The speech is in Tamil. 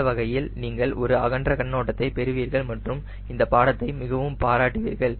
இந்த வகையில் நீங்கள் ஒரு அகன்ற கண்ணோட்டத்தை பெறுவீர்கள் மற்றும் இந்த பாடத்தை மிகவும் பாராட்டுவீர்கள்